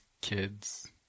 kids